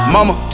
Mama